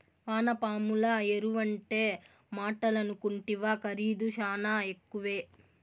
వానపాముల ఎరువంటే మాటలనుకుంటివా ఖరీదు శానా ఎక్కువే